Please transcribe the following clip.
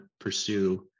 pursue